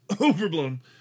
Overblown